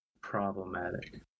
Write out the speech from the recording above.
problematic